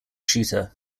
shooter